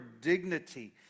dignity